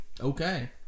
Okay